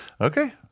Okay